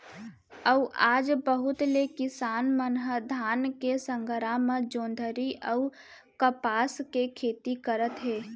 अउ आज बहुत ले किसान मन ह धान के संघरा म जोंधरी अउ कपसा के खेती करत हे